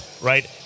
right